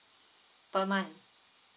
per month